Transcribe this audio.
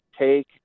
take